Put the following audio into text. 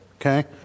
Okay